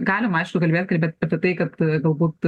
galim aišku kalbėt kalbėt apie tai kad galbūt